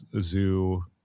zoo